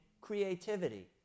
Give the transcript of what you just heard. creativity